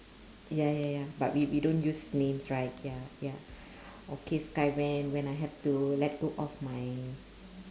ya ya ya but we we don't use names right ya ya okay I when when I have to let go of my